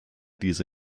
diese